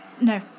No